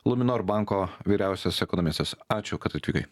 luminor banko vyriausias ekonomistas ačiū kad atvykai